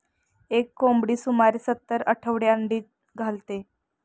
एक कोंबडी सुमारे सत्तर आठवडे अंडी घालते